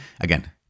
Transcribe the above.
again